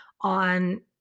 on